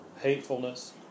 hatefulness